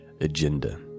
agenda